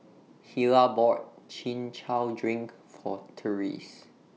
Hilah bought Chin Chow Drink For Tyrese